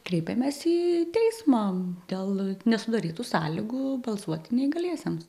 kreipėmės į teismą dėl nesudarytų sąlygų balsuoti neįgaliesiems